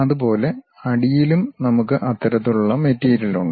അതുപോലെ അടിയിലും നമുക്ക് അത്തരത്തിലുള്ള മെറ്റീരിയൽ ഉണ്ട്